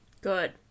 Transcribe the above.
Good